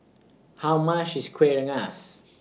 How much IS Kueh Rengas